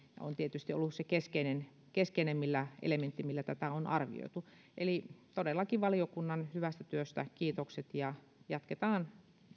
on tietysti ollut se keskeinen elementti millä tätä on arvioitu eli todellakin valiokunnan hyvästä työstä kiitokset ja jatketaan